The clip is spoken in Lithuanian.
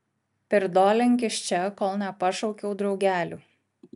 pirdolink iš čia kol nepašaukiau draugelių